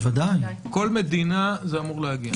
לכל מדינה זה אמור להגיע,